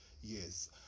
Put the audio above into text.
Yes